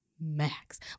max